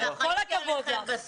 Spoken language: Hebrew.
כל הכבוד לך.